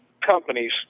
companies